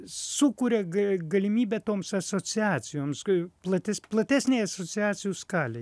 sukuria ga galimybę toms asociacijoms k plates platesnės asociacijų skalė